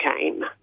came